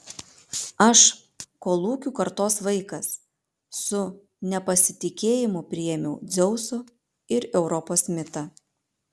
aš kolūkių kartos vaikas su nepasitikėjimu priėmiau dzeuso ir europos mitą